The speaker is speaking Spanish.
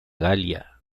galia